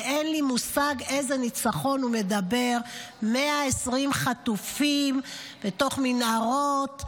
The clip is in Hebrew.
ואין לי מושג על איזה ניצחון הוא מדבר: 120 חטופים בתוך מנהרות,